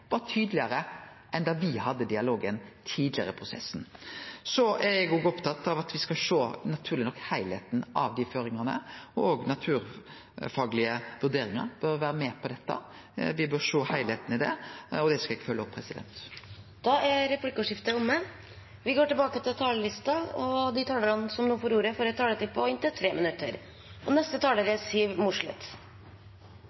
var tydelegare enn då me hadde dialog tidlegare i prosessen. Elles er eg opptatt av at me naturleg nok skal sjå heilskapen i dei føringane, og dei naturfaglege vurderingane bør vere med i det. Me bør sjå heilskapen i det, og det skal eg følgje opp. Replikkordskiftet er omme. De talere som heretter får ordet, har en taletid på inntil 3 minutter. Motorsport er kappkjøring på to og